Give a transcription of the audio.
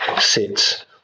sits